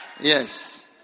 Yes